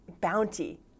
bounty